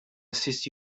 assist